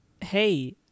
hey